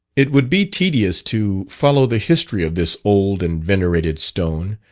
it would be tedious to follow the history of this old and venerated stone,